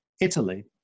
Italy